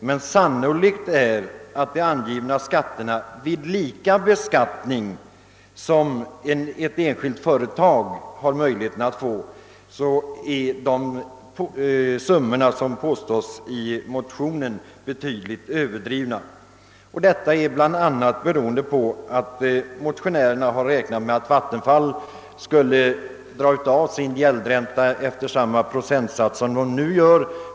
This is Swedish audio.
Men sannolikt är att de summor, som i motionen anges som vinst för kommunerna vid lika beskattning av Vattenfalls kraftanläggningar som av enskilda företag, är betydligt överdrivna. Detta beror bl.a. på att motionärerna räknat med att Vattenfall skulle dra av sin gäldränta efter samma procent som nu är fallet.